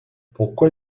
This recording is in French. pourquoi